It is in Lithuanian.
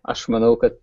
aš manau kad